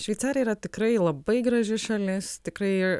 šveicarija yra tikrai labai graži šalis tikrai